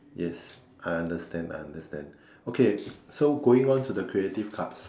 yes I understand I understand okay so going on to the creative cards